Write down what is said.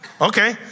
Okay